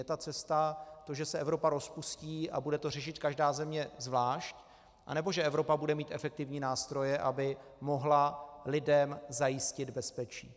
Je ta cesta, že se Evropa rozpustí a bude to řešit každá země zvlášť, anebo že Evropa bude mít efektivní nástroje, aby mohla lidem zajistit bezpečí?